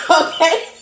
Okay